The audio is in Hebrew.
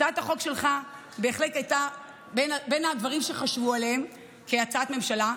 הצעת החוק שלך בהחלט הייתה בין הדברים שחשבו עליהם כהצעת ממשלה,